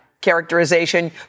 characterization